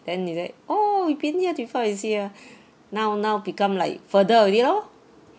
then we say oh we've been here before it's here now now become like further already lor